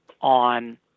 on